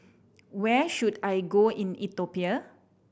where should I go in Ethiopia